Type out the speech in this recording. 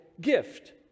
gift